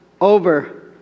over